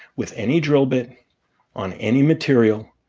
with any drill bit on any material,